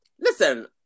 Listen